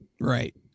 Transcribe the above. Right